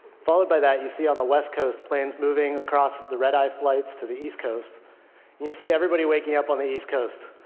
followed by that, you see on the west coast planes moving across, the red-eye flights to the east coast. and you'll see everybody waking up on the east coast,